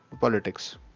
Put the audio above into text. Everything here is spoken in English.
politics